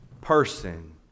person